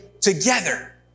together